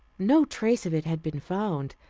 no trace of it had been found.